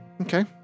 Okay